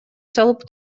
салып